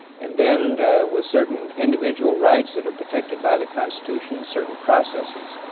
and then with certain individual rights that are protected by the constitution, certain processes.